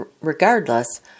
regardless